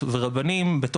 אני אף פעם לא הסתרתי,